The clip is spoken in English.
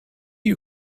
you